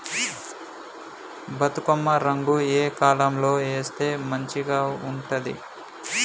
బతుకమ్మ రకం ఏ కాలం లో వేస్తే మంచిగా ఉంటది?